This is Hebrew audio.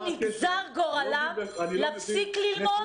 -- נגזר גורלם להפסיק ללמוד.